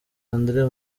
andre